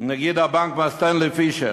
נגיד הבנק מר סטנלי פישר,